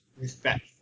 respect